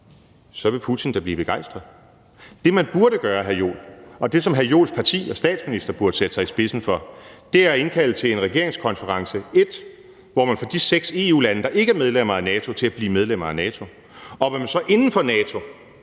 så vil Putin da blive begejstret. Det, man burde gøre, hr. Jens Joel, og det, som hr. Jens Joels parti og statsminister burde sætte sig i spidsen for, er at indkalde til en regeringskonference, hvor man får de seks EU-lande, der ikke er medlemmer af NATO, til at blive medlemmer af NATO, og hvor man så inden for NATO